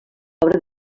obra